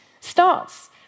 starts